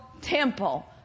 temple